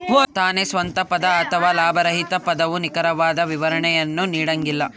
ತಾನೇ ಸ್ವಂತ ಪದ ಅಥವಾ ಲಾಭರಹಿತ ಪದವು ನಿಖರವಾದ ವಿವರಣೆಯನ್ನು ನೀಡಂಗಿಲ್ಲ